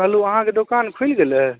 hello अहाँके दोकान खुलि गेलै